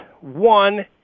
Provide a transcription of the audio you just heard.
one